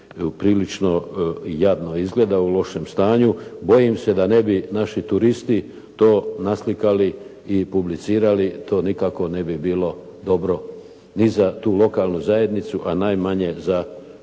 prilično jadno izgleda, u lošem stanju. Bojim se da ne bi naši turisti to naslikali i publicirali, to nikako ne bi bilo dobro ni za tu lokalnu zajednicu, a najmanje za